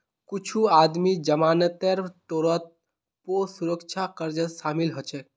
कुछू आदमी जमानतेर तौरत पौ सुरक्षा कर्जत शामिल हछेक